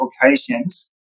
applications